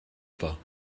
pas